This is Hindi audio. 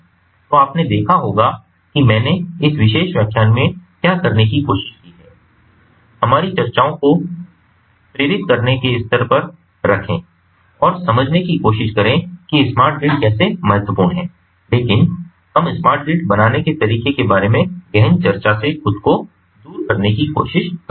तो आपने देखा होगा कि मैंने इस विशेष व्याख्यान में क्या करने की कोशिश की है कि हमारी चर्चाओं को प्रेरित करने के स्तर पर रखें और समझने की कोशिश करें कि स्मार्ट ग्रिड कैसे महत्वपूर्ण है लेकिन हम स्मार्ट ग्रिड बनाने के तरीके के बारे में गहन चर्चा से खुद को दूर करने की कोशिश कर रहे हैं